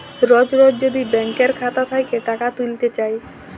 রজ রজ যদি ব্যাংকের খাতা থ্যাইকে টাকা ত্যুইলতে চায়